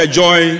joy